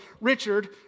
Richard